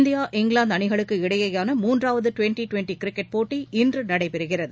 India இங்கிலாந்துஅணிகளுக்கு இடையேயான மூன்றாவதுடுவெண்ட்டி டுவெண்டிகிரிக்கெட் போட்டி இன்றுநடைபெறுகிறது